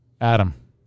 adam